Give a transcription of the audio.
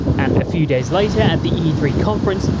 and a few days later at the e three conference,